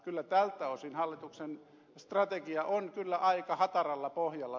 kyllä tältä osin hallituksen strategia on aika hataralla pohjalla